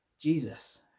Jesus